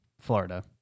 Florida